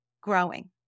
growing